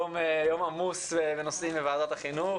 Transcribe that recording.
יום עמוס לנושאים בוועדת החינוך